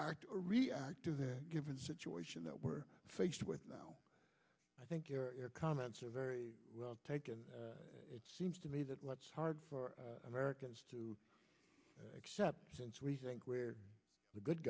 react to that given situation that we're faced with now i think your comments are very well taken it seems to me that what's hard for americans to accept since we think we're the good